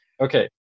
Okay